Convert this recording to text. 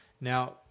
Now